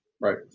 Right